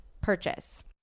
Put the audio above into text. purchase